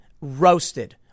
roasted